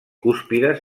cúspides